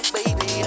Baby